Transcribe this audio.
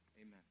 Amen